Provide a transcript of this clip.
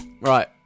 Right